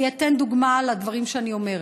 אתן דוגמה לדברים שאני אומרת: